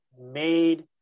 made